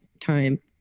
time